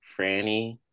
Franny